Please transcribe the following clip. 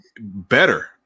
better